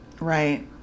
right